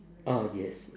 ah yes